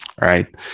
right